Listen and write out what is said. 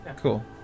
cool